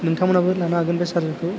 नोंथांमोनाबो लानो हागोन बे चार्जारखौ